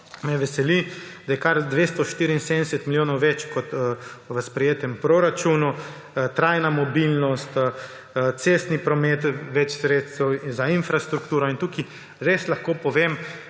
Me veseli, da je kar 274 milijonov več v sprejetem proračunu: trajna mobilnost, cestni promet, več sredstev za infrastrukturo. Tukaj res lahko povem,